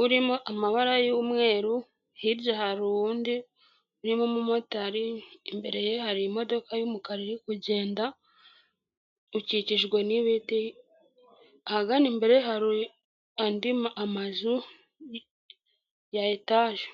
urimo amabara y'umweru, hirya hari uwundi urimo umumotari, imbere ye hari imodoka y'umukara iri kugenda, ukikijwe n'ibiti ahagana imbere hari andi amazu ya etaje.